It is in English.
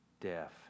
deaf